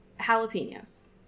jalapenos